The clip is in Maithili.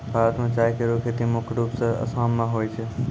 भारत म चाय केरो खेती मुख्य रूप सें आसाम मे होय छै